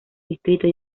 distrito